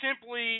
simply